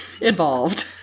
involved